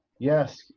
Yes